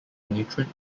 nutrient